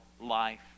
life